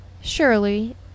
surely